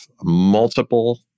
multiple